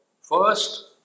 first